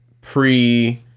pre